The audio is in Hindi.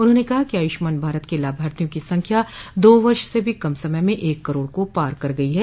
उन्होंन कहा कि आयुष्मान भारत के लाभार्थियों की संख्या दो वर्ष से भी कम समय में एक करोड़ को पार कर गई है